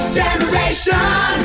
generation